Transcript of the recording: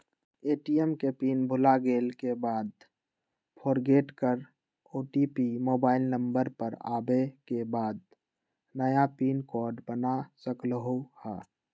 ATM के pin भुलागेल के बाद फोरगेट कर ओ.टी.पी मोबाइल नंबर पर आवे के बाद नया पिन कोड बना सकलहु ह?